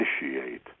initiate